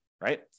right